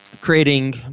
creating